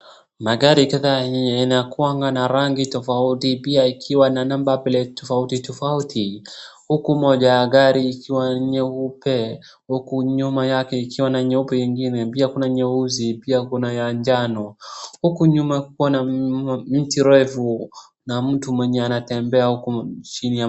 Magari sasa yenye yanakuanga na rangi tofauti pia ikiwa na number plate tofauti tofauti, huku moja ya gari ikiwa nyeupe, huku nyuma yake iikwa na nyeupe ingine, pia kuna nyeusi, pia kuna ya njano. Huku nyuma kuna mti refu na mtu mwenye anatembea.